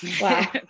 Wow